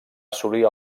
assolir